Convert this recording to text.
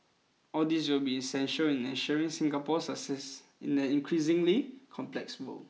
all these will be essential in ensuring Singapore's success in an increasingly complex world